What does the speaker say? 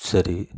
சரி